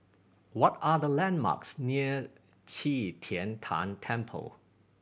what are the landmarks near Qi Tian Tan Temple